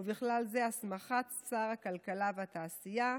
ובכלל זה הסמכת שר הכלכלה והתעשייה,